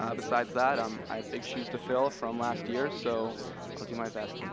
um besides that, um i have big shoes to fill from last year. so i will do my best. and